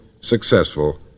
successful